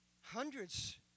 hundreds